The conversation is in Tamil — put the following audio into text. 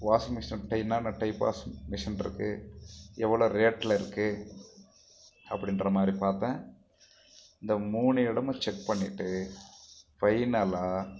வாஷின்மிஷின்ட்ட என்னான்னா டைப் ஆஃப் மிஷினிருக்கு எவ்வளோ ரேட்டில் இருக்குது அப்படின்றமாதிரி பார்த்தேன் இந்த மூணு இடமும் செக் பண்ணிட்டு ஃபைனலாக